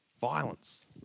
violence